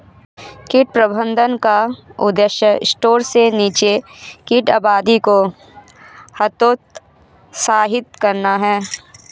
कीट प्रबंधन का उद्देश्य स्तर से नीचे कीट आबादी को हतोत्साहित करना है